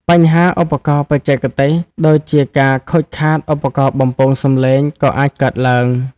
បញ្ហាឧបករណ៍បច្ចេកទេស ដូចជាការខូចខាតឧបករណ៍បំពងសំឡេងក៏អាចកើតឡើង។